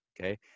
okay